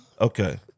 okay